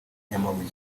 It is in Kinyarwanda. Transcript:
nyamabuye